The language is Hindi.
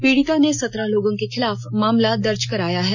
पीड़िता ने सत्रह लोगों के खिलाफ मामला दर्ज कराया है